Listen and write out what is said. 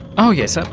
oh yes, so